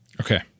Okay